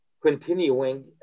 continuing